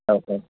औ औ